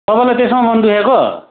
तपाईँलाई त्यसमा मन दुखेको